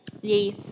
Yes